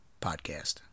podcast